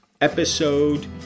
episode